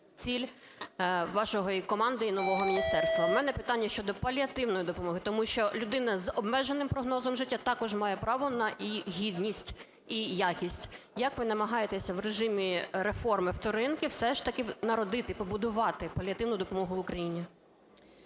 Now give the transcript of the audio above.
ціль вашої команди і нового міністерства. У мене питання щодо паліативної допомоги, тому що людина з обмеженим прогнозом життя також має право на її гідність і якість. Як ви намагаєтеся в режимі реформи "вторинки" все ж таки народити, побудувати паліативну допомогу в Україні?